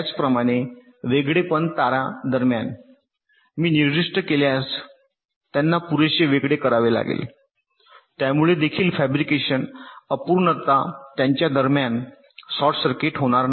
त्याचप्रमाणे वेगळेपण तारा दरम्यान मी निर्दिष्ट केल्यास त्यांना पुरेसे वेगळे करावे लागेल त्यामुळे देखील फॅब्रिकेशन अपूर्णता त्यांच्या दरम्यान शॉर्ट सर्किट होणार नाही